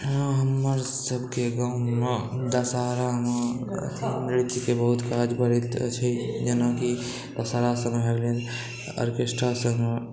हमर सबके गाँवमे दशहारामे नृत्यके बहुत काज पड़ैत छै जेनाकि दशहारासबमे भए गेल आर्केस्ट्रासबमे